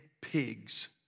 pigs